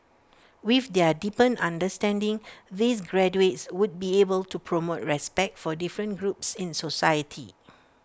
with their deepened understanding these graduates would be able to promote respect for different groups in society